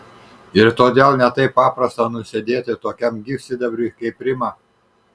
ir todėl ne taip paprasta nusėdėti tokiam gyvsidabriui kaip rima